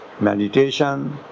meditation